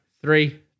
Three